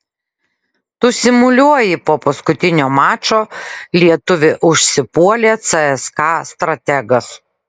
tu simuliuoji po paskutinio mačo lietuvį užsipuolė cska strategas